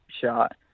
shot